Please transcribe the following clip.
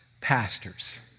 pastors